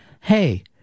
Hey